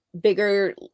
bigger